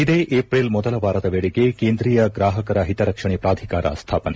ಇದೇ ಏಪಿಲ್ ಮೊದಲ ವಾರದ ವೇಳೆಗೆ ಕೇಂದ್ರೀಯ ಗ್ರಾಹಕರ ಹಿತರಕ್ಷಣೆ ಪ್ರಾಧಿಕಾರ ಸ್ಡಾವನೆ